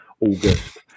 August